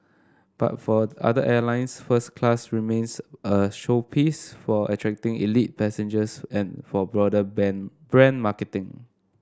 but for other airlines first class remains a showpiece for attracting elite passengers and for broader ban brand marketing